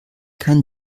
kein